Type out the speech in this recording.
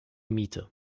miete